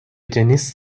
جنیس